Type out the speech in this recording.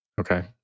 okay